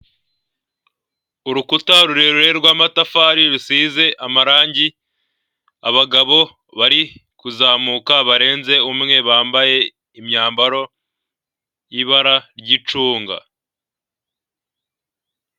Urukuta rurerure rw'amatafari rusize amarangi, abagabo bari kuzamuka barenze umwe, bambaye imyambaro y'ibara ry'icunga.